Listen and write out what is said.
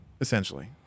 Essentially